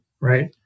right